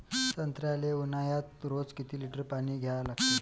संत्र्याले ऊन्हाळ्यात रोज किती लीटर पानी द्या लागते?